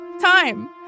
time